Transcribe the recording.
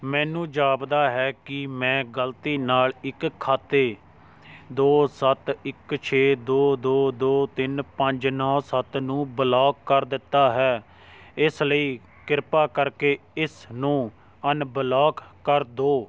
ਮੈਨੂੰ ਜਾਪਦਾ ਹੈ ਕਿ ਮੈਂ ਗਲਤੀ ਨਾਲ ਇੱਕ ਖਾਤੇ ਦੋ ਸੱਤ ਇੱਕ ਛੇ ਦੋ ਦੋ ਦੋ ਤਿੰਨ ਪੰਜ ਨੌ ਸੱਤ ਨੂੰ ਬਲੌਕ ਕਰ ਦਿੱਤਾ ਹੈ ਇਸ ਲਈ ਕਿਰਪਾ ਕਰਕੇ ਇਸ ਨੂੰ ਅਨਬਲੌਕ ਕਰ ਦਿਉ